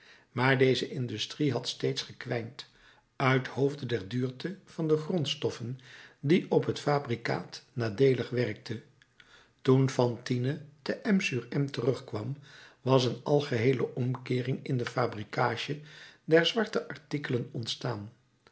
maar deze industrie had steeds gekwijnd uithoofde der duurte van de grondstoffen die op het fabrikaat nadeelig werkte toen fantine te m sur m terugkwam was een algeheele omkeering in de fabrikage der zwarte artikelen ontstaan